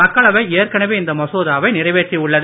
மக்களவை ஏற்கனவே இம்மசோதாவை நிறைவேற்றி உள்ளது